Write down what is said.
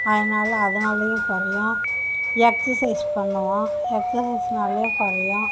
அதனால அதுனாலையும் குறையும் எக்சசைஸ் பண்ணுவோம் எக்சசைஸ்னாலயும் குறையும்